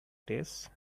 tastes